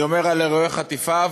אני אומר על אירועי חטיפה,